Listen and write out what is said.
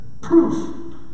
proof